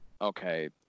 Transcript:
okay